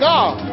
God